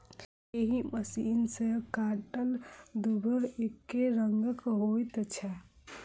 एहि मशीन सॅ काटल दुइब एकै रंगक होइत छै